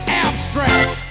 abstract